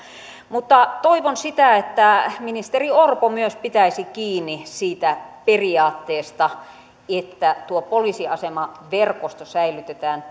toivon että ministeri orpo myös pitäisi kiinni siitä periaatteesta että poliisiasemaverkosto säilytetään